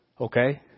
Okay